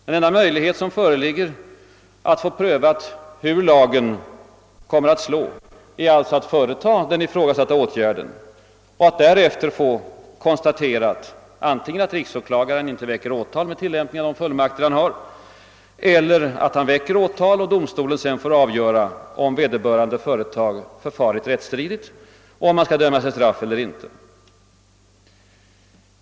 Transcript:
Den enda möjlighet som föreligger att få prövat hur lagen kommer att slå är alltså att företa den ifrågasatta åtgärden och därefter få konstaterat antingen att riksåklagaren icke väcker åtal med tillämpning av de fullmakter han har eller att åtal väcks och en domstol får avgöra, om vederbörande företag förfarit rättsstridigt och skall dömas till straff eller inte.